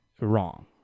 wrong